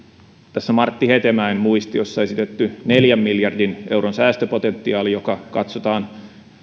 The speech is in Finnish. tässä martti hetemäen muistiossa esitetty neljän miljardin euron säästöpotentiaali jonka katsotaan